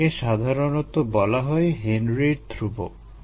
এটাকে সাধারণত বলা হয় হেনরির ধ্রুবক